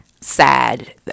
sad